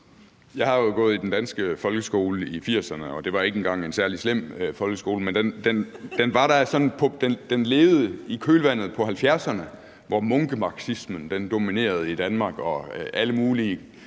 Jeg har jo gået i den danske folkeskole i 1980'erne, og det var ikke engang en særlig slem folkeskole, men den levede i kølvandet på 1970'erne, hvor munkemarxismen dominerede i Danmark, og hvor alle mulige